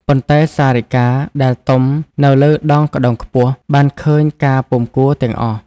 ប៉ុន្តែ សារិកាដែលទំនៅលើដងក្ដោងខ្ពស់ បានឃើញការពុំគួរ ទាំងអស់ ។